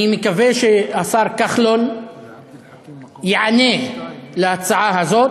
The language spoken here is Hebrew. אני מקווה שהשר כחלון ייענה להצעה הזאת.